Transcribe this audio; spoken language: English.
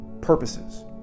purposes